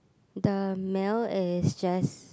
the male is just